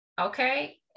Okay